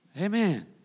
Amen